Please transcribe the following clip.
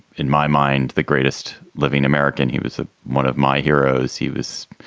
in my mind, the greatest living american. he was ah one of my heroes. he was,